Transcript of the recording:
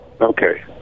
Okay